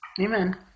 Amen